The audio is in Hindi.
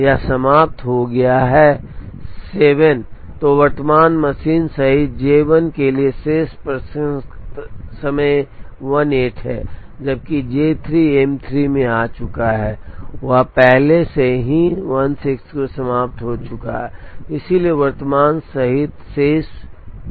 यह समाप्त हो गया है 7 तो वर्तमान मशीन सहित J 1 के लिए शेष प्रसंस्करण समय 18 है जबकि J 3 M 3 में आ चुका है यह पहले ही 16 को समाप्त हो चुका है इसलिए वर्तमान सहित शेष एक 7 है